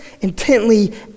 intently